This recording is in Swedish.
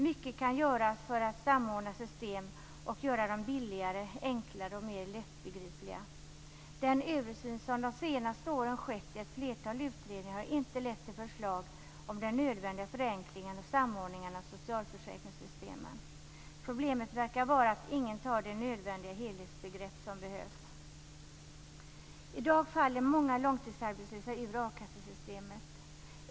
Mycket kan göras för att samordna system och göra dem billigare, enklare och mer lättbegripliga. Den översyn som skett i ett flertal utredningar de senaste åren har inte lett till förslag om den nödvändiga förenklingen och samordningen av socialförsäkringssystemen. Problemet verkar vara att ingen tar det nödvändiga helhetsgrepp som behövs. I dag faller många långtidsarbetslösa ur akassesystemet.